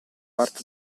parte